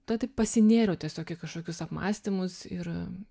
ta taip pasinėriau tiesiog į kažkokius apmąstymus ir